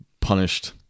punished